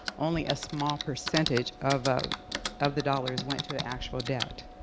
only a small percentage of ah of the dollars went to the actual debt.